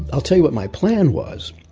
i'll tell you what my plan was.